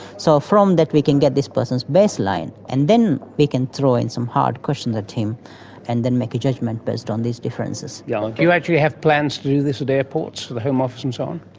so from that we can get this person's baseline. and then we can throw in some hard questions at him and then make a judgement based on these differences. yeah and do you actually have plans to do this at airports, for the home office and so on?